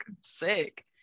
sick